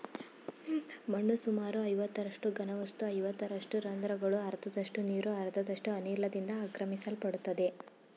ಮಣ್ಣು ಸುಮಾರು ಐವತ್ತರಷ್ಟು ಘನವಸ್ತು ಐವತ್ತರಷ್ಟು ರಂದ್ರಗಳು ಅರ್ಧದಷ್ಟು ನೀರು ಅರ್ಧದಷ್ಟು ಅನಿಲದಿಂದ ಆಕ್ರಮಿಸಲ್ಪಡ್ತದೆ